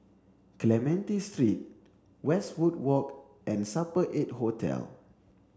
Clementi Street Westwood Walk and Supper eight Hotel